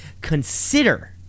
consider